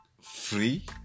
free